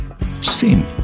sin